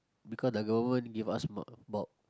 because the government give us a~ about